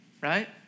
right